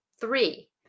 three